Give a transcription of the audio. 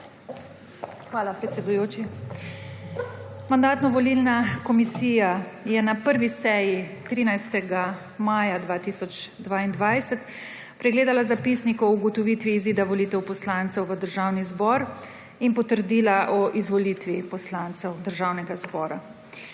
Hvala, predsedujoči. Mandatno-volilna komisija je na 1. seji 13. maja 2022 pregledala zapisnik o ugotovitvi izida volitev poslancev v Državni zbor in potrdila o izvolitvi poslancevDržavnega zbora.